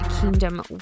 kingdom